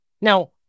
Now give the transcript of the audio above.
now